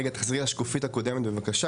רגע תחזרי לשקופית הקודמת בבקשה.